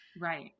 right